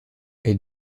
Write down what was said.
est